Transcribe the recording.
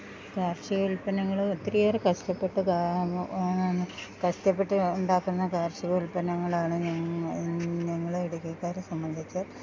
കാർഷിക ഉൽപ്പന്നങ്ങൾ ഒത്തിരിയേറെ കഷ്ടപ്പെട്ട് കഷ്ടപ്പെട്ട് ഉണ്ടാക്കുന്ന കാർഷിക ഉൽപ്പന്നങ്ങളാണ് ഞങ്ങൾ ഇടുക്കീക്കാരെ സംബന്ധിച്ച്